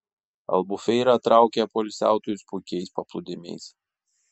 albufeira traukia poilsiautojus puikiais paplūdimiais